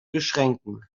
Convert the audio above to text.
beschränken